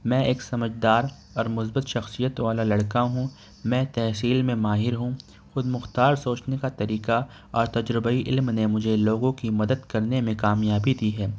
میں ایک سمجھ دار اور مثبت شخصیت والا لڑکا ہوں میں تحصیل میں ماہر ہوں خود مختار سوچنے کا طریقہ اور تجربی علم نے مجھے لوگوں کی مدد کرنے میں کامیابی دی ہے